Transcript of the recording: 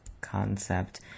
concept